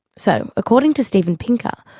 so according to steven pinker,